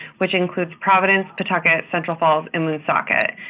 which includes providence, pawtucket, central falls, and woonsocket.